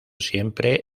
siempre